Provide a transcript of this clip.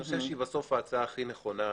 הצעה שאני חושב שהיא הכי נכונה,